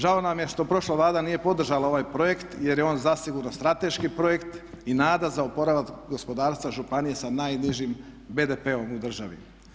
Žao nam je što prošla Vlada nije podržala ovaj projekt jer je on zasigurno strateški projekt i nada za oporavak gospodarstva županije sa najnižim BDP-om u državi.